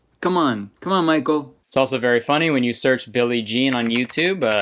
come on, come on, michael. it's also very funny when you search billy gene on youtube.